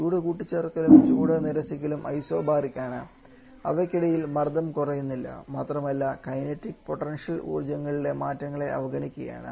ചൂട് കൂട്ടിച്ചേർക്കലും ചൂട് നിരസിക്കലും ഐസോബാറിക് ആണ് അവയ്ക്കിടയിൽ മർദ്ദം കുറയുന്നില്ല മാത്രമല്ല കൈനറ്റിക് പൊട്ടൻഷ്യൽ ഊർജ്ജങ്ങളിലെ മാറ്റങ്ങളെ അവഗണിക്കുകയാണ്